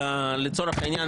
לצורך העניין,